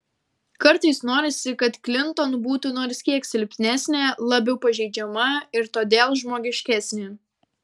kartais norisi kad klinton būtų nors kiek silpnesnė labiau pažeidžiama ir todėl žmogiškesnė